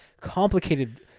complicated